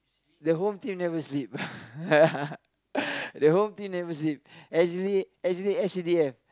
the Home-Team never sleep the Home-Team never sleep actually actually S_C_D_F